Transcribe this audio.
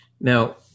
Now